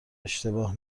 اشتباه